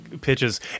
pitches